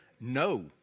No